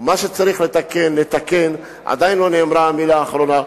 מה שצריך לתקן נתקן, עדיין לא נאמרה המלה האחרונה.